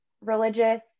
religious